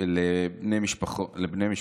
לבני משפחתכם.